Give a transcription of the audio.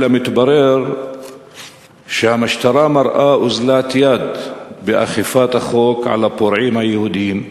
מתברר שהמשטרה מראה אוזלת יד באכיפת החוק על הפורעים היהודים.